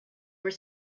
were